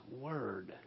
word